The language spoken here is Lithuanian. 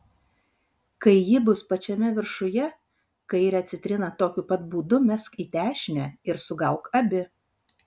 kai ji bus pačiame viršuje kairę citriną tokiu pat būdu mesk į dešinę ir sugauk abi